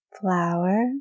Flower